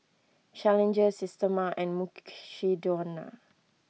Challenger Systema and Mukshidonna